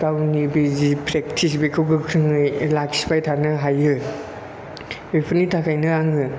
गावनि बिजि प्रेक्टिस बेखौ गोख्रोङै लाखिबाय थानो हायो बेफोरनि थाखायनो आङो